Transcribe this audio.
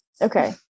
Okay